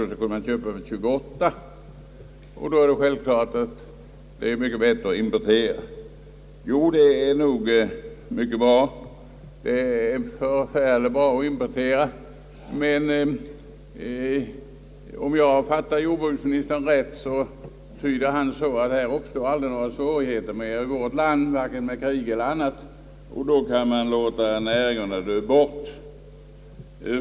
Och så köper man det på världsmarknaden för 28 öre, och då är det självklart att det är bättre att importera. Men om jag fattade jordbruksministern rätt så anser han att det aldrig kommer att uppstå några svårigheter för vårt land vare sig med krig eller annat, och därför kan man låta näringarna dö bort.